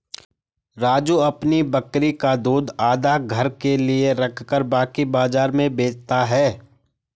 राजू अपनी बकरी का दूध आधा घर के लिए रखकर बाकी बाजार में बेचता हैं